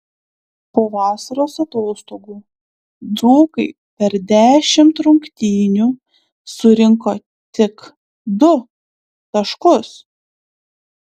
po vasaros atostogų dzūkai per dešimt rungtynių surinko tik du taškus